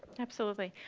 absolutely.